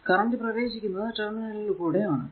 current പ്രവേശിക്കുന്നത് terminal കൂടെ ആണ്